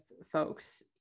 folks